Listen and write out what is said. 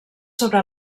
sobre